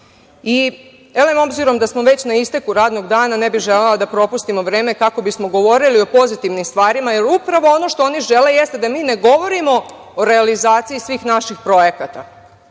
maha. Obzirom da smo već na isteku radnog dana, ne bih želela da propustimo vreme, kako bismo govorili o pozitivnim stvarima, jer upravo ono što oni žele jeste da mi ne govorimo o realizaciji svih naših projekata